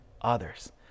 others